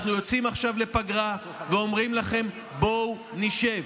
אנחנו יוצאים עכשיו לפגרה ואומרים לכם: בואו נשב.